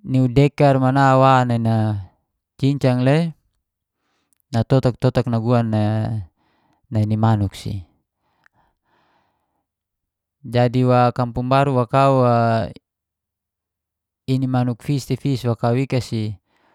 ni niur dekar mana wa nai na cincang le natotak-totak na guan nai ni manuk si. Jadi bo kampung baru wa kau wa ini manuk fis te fis wa kau ika si.